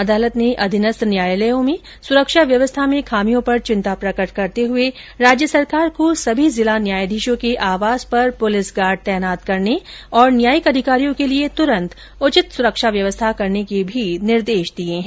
अदालत ने अधीनस्थ न्यायालयों में सुरक्षा व्यवस्था में खामियों पर चिंता प्रकट करते हुए राज्य सरकार को सभी जिला न्यायाधीशों के आवास पर पुलिस गार्ड तैनात करने और न्यायिक अधिकारियों के लिए तुरंत उचित सुरक्षा व्यवस्था करने के निर्देश भी दिए हैं